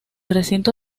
recinto